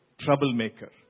troublemaker